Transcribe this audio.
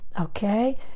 Okay